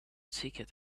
ticket